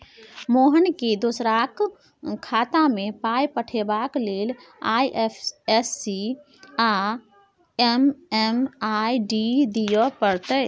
मोहनकेँ दोसराक खातामे पाय पठेबाक लेल आई.एफ.एस.सी आ एम.एम.आई.डी दिअ पड़तै